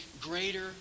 greater